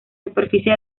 superficie